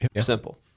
Simple